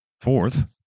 Fourth